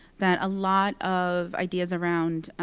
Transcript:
that a lot of ideas around